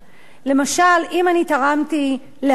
למשל אם אני תרמתי לאחי,